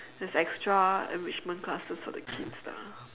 it's extra enrichment classes for the kids lah